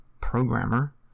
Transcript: programmer